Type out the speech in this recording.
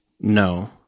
No